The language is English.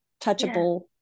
touchable